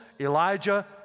Elijah